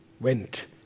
Went